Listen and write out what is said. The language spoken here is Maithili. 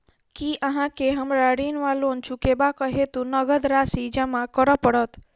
की अहाँ केँ हमरा ऋण वा लोन चुकेबाक हेतु नगद राशि जमा करऽ पड़त?